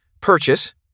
Purchase